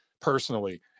personally